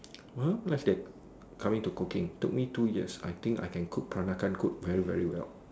well less than coming to cooking took me two years I think I can cook peranakan food very very well